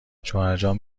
شوهرجان